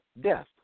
death